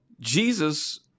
Jesus